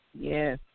Yes